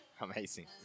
Amazing